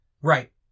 Right